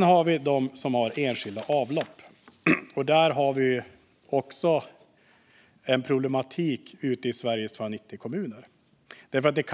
När det gäller enskilda avlopp har vi också en problematik ute i Sveriges 290 kommuner. Det